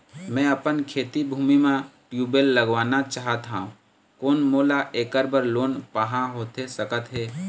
मैं अपन खेती भूमि म ट्यूबवेल लगवाना चाहत हाव, कोन मोला ऐकर बर लोन पाहां होथे सकत हे?